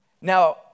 Now